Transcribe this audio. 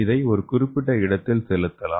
இதை ஒரு குறிப்பிட்ட இடத்தில் செலுத்தலாம்